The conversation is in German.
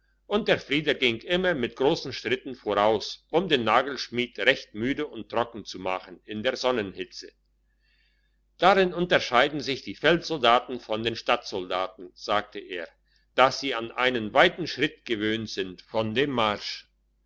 und der frieder ging immer mit grossen schritten voraus um den nagelschmied recht müde und trocken zu machen in der sonnenhitze darin unterscheiden sich die feldsoldaten von den stadtsoldaten sagte er dass sie an einen weiten schritt gewöhnt sind von dem marsch